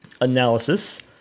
analysis